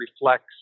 reflects